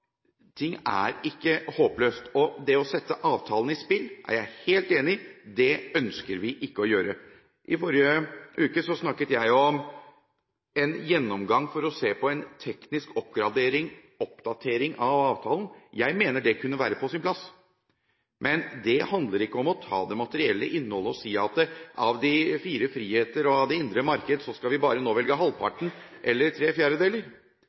ting er ikke håpløse. Det å sette avtalen på spill ønsker vi ikke å gjøre. I forrige uke snakket jeg om en gjennomgang for å se på en teknisk oppdatering av avtalen. Jeg mener det kunne være på sin plass. Men det handler ikke om å ta det materielle innholdet og si at av de fire friheter og av det indre marked skal vi nå bare velge halvparten eller tre fjerdedeler.